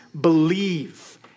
believe